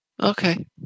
Okay